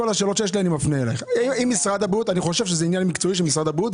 אני חושב שזה עניין מקצועי של משרד הבריאות,